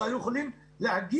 שהיו יכולים להגיע,